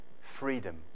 freedom